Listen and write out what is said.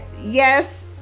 yes